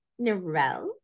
Narelle